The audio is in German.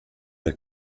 der